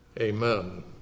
Amen